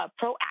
proactive